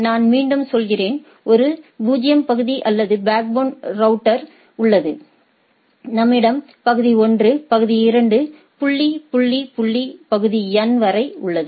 நான் மீண்டும் சொல்கிறேன் ஒரு 0 பகுதி அல்லது பேக்போன் ரௌட்டர்உள்ளது நம்மிடம் பகுதி 1 பகுதி 2 புள்ளி புள்ளி புள்ளி பகுதி N வரை உள்ளன